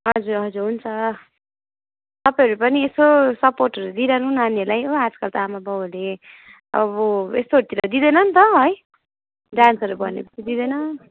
हजुर हजुर हुन्छ तपाईँहरू पनि यसो सपोर्टहरू दिइरहनु नानीहरूलाई हो आजकल त आमाबाबुहरूले अब यस्तोहरूतिर दिँदैन नि त है डान्सहरू भनेपछि दिँदैन